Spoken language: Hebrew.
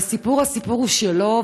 והסיפור הוא סיפור שלו,